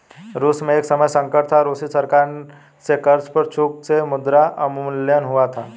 रूस में एक समय संकट था, रूसी सरकार से कर्ज पर चूक से मुद्रा अवमूल्यन हुआ था